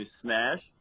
smash